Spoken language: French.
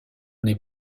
n’est